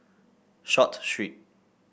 Short Street